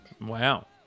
Wow